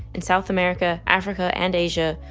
in south america, africa, and asia,